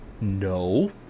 No